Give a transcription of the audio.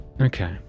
Okay